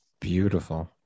beautiful